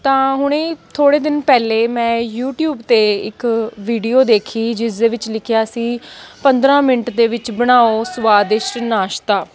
ਤਾਂ ਹੁਣੇ ਹੀ ਥੋੜ੍ਹੇ ਦਿਨ ਪਹਿਲੇ ਮੈਂ ਯੂਟੀਊਬ 'ਤੇ ਇੱਕ ਵੀਡੀਓ ਦੇਖੀ ਜਿਸ ਦੇ ਵਿੱਚ ਲਿਖਿਆ ਸੀ ਪੰਦਰਾਂ ਮਿੰਟ ਦੇ ਵਿੱਚ ਬਣਾਉ ਸਵਾਦਿਸ਼ਟ ਨਾਸ਼ਤਾ